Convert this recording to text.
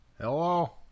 Hello